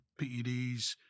PEDs